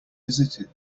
visited